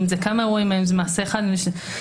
אם זה מעשה אחד.